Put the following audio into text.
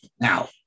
Now